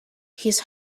his